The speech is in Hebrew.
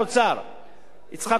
ידידי יצחק כהן.